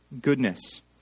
goodness